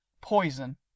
Poison